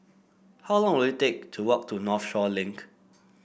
how long will it take to walk to Northshore Link